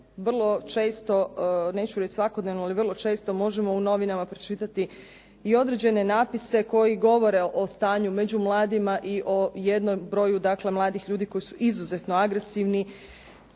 vrlo često, neću reći svakodnevno, ali vrlo često možemo u novinama pročitati i određene napise koji govore o stanju među mladima i o jednom broju dakle mladih ljudi koji su izuzetno agresivni.